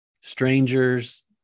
strangers